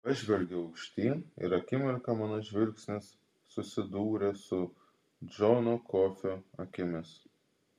pažvelgiau aukštyn ir akimirką mano žvilgsnis susidūrė su džono kofio akimis